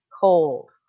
cold